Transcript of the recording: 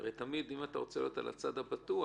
אם אתה רוצה להיות על הצד הבטוח,